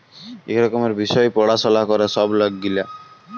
ইক রকমের বিষয় পাড়াশলা ক্যরে ছব লক গিলা